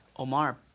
Omar